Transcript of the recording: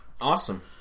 Awesome